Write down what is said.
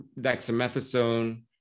dexamethasone